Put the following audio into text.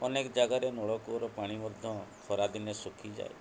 ଅନେକ ଜାଗାରେ ନଳକୂଅର ପାଣି ମଧ୍ୟ ଖରାଦିନେ ଶୁଖିଯାଏ